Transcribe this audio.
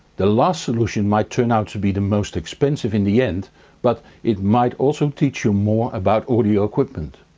the last solution might turn out to be the most expensive in the end but it might also teach you more about audio equipment.